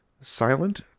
silent